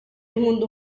nkunda